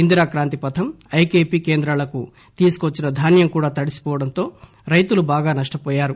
Indira Kranti Patham IKP కేంద్రాలకు తీసుకొచ్చిన ధాన్యం కూడా తడిసిపోవడంతో రైతులు బాగా నష్టపోయారు